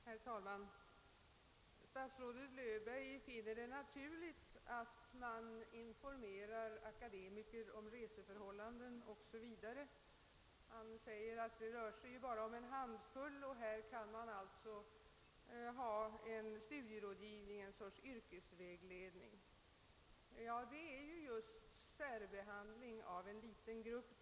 Herr talman! Statsrådet Löfberg finner det naturligt att man informerar akademiker om reseförhållanden 0. s. v. och framhåller att det bara rör sig om en handfull personer, varför det är möjligt att ge dessa en studierådgivning eller yrkesvägledning. Ja, detta innebär just en särbehandling av en liten grupp.